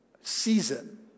season